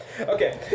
Okay